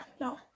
No